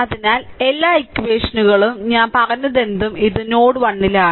അതിനാൽ എല്ലാ ഇക്വഷനുകളും ഞാൻ പറഞ്ഞതെന്തും ഇത് നോഡ് 1 ലാണ്